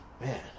Man